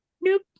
nope